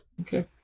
Okay